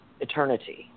eternity